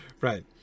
right